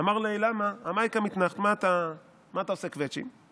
"אמר ליה: אמאי קא מיתנחת" מה אתה עושה קווצ'ים?